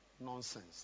Nonsense